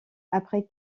après